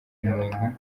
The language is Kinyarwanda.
umuntu